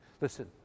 Listen